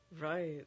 Right